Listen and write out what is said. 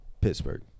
Pittsburgh